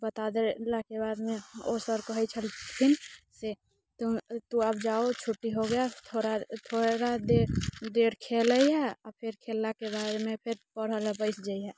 बता देलाके बादमे ओ सर कहैत छलखिन से तुम अब जाओ छुट्टी हो गया थोड़ा थोड़ा देर खेलैया आ फेर खेललाके बाद फेर पढ़ऽले बैस जैहँ